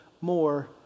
more